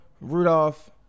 Rudolph